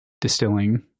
distilling